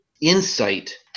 insight